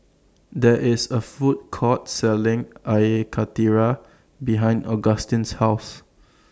There IS A Food Court Selling Air Karthira behind Augustin's House